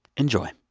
enjoy